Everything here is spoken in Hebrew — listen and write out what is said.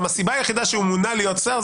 הסיבה היחידה שהוא מונה להיות שר,